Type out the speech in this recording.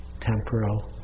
temporal